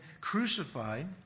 crucified